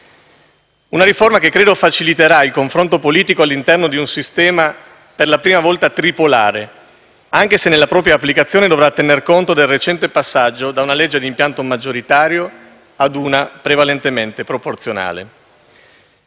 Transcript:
una riforma che credo faciliterà il confronto politico, all'interno di un sistema per la prima volta tripolare, anche se nella propria applicazione dovrà tener conto del recente passaggio da una legge di impianto maggioritario a una prevalentemente proporzionale.